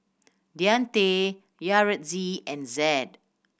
Deante Yaretzi and Zed